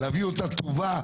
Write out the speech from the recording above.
להביא אותה טובה,